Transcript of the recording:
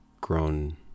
grown